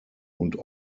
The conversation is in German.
und